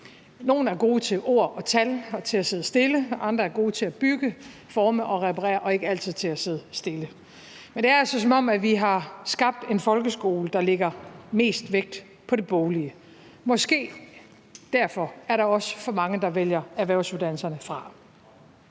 Nogle er gode til ord og tal og til at sidde stille, og andre er gode til at bygge, forme og reparere og ikke altid til at sidde stille. Men det er altså, som om vi har skabt en folkeskole, der lægger mest vægt på det boglige. Måske derfor er der også for mange, der vælger erhvervsuddannelserne fra.